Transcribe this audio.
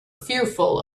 fearful